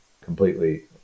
completely